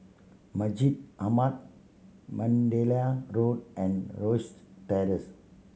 Masjid Ahmad Mandalay Road and Rosyth Terrace